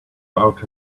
out